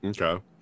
Okay